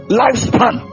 lifespan